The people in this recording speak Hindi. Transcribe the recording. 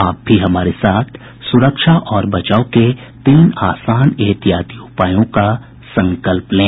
आप भी हमारे साथ सुरक्षा और बचाव के तीन आसान एहतियाती उपायों का संकल्प लें